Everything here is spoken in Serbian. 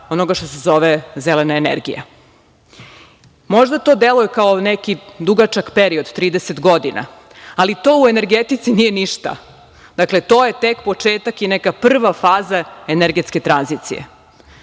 onoga što se zove zelena energija. Možda to deluje kao neki dugačak period, tih 30 godina, ali to u energetici nije ništa, to je tek početak i neka prva faza energetske tranzicije. Dakle,